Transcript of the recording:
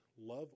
love